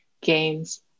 games